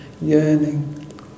yearning